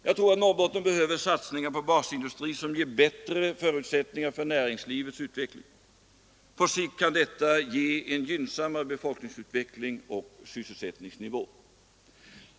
Jag tror att Norrbotten behöver satsningar på basindustrin som ger bättre förutsättningar för näringslivets utveckling. På sikt kan detta ge en gynnsammare befolkningsutveckling och en bättre sysselsättningsnivå.